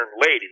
Lady